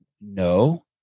No